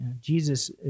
Jesus